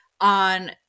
on